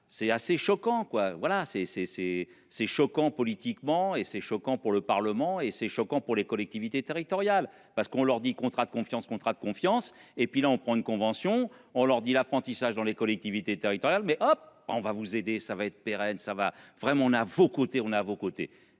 c'est assez choquant quoi voilà c'est c'est c'est c'est choquant politiquement et c'est choquant pour le Parlement et c'est choquant pour les collectivités territoriales, parce qu'on leur dit contrat de confiance. Contrat de confiance et puis là on prend une convention, on leur dit l'apprentissage dans les collectivités territoriales mais hop on va vous aider, ça va être pérenne. Ça va vraiment on à vos côtés on à vos côtés